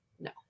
no